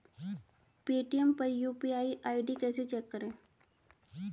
Paytm पर UPI ID कैसे check करें?